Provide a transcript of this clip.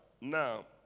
Now